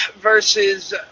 versus